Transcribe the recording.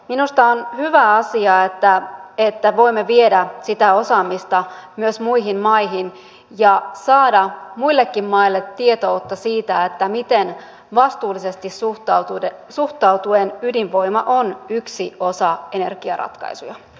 minusta on hyvä asia että voimme viedä sitä osaamista myös muihin maihin ja saada muillekin maille tietoutta siitä miten vastuullisesti suhtautuen ydinvoima on yksi osa energiaratkaisuja